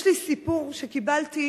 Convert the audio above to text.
יש לי סיפור שקיבלתי,